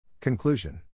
Conclusion